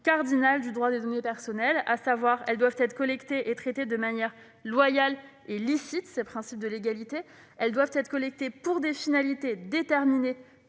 cardinales du droit des données personnelles. Ces données doivent être collectées et traitées de manière loyale et licite- c'est le principe de légalité ; elles doivent être collectées pour des finalités déterminées,